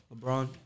LeBron